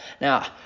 Now